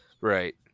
right